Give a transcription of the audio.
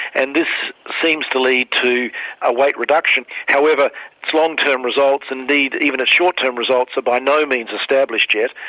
and this seems to lead to a weight reduction. however, its long-term results, indeed even its short-term results are by no means established yet.